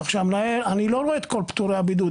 אני לא רואה את כל פטורי הבידוד,